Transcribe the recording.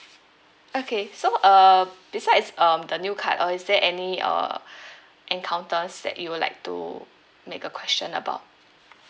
okay so uh besides um the new card uh is there any uh encounters that you would like to make a question about